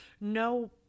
No